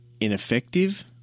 ineffective